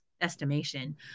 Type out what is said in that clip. estimation